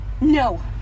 No